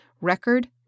record